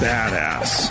Badass